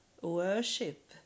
worship